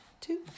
two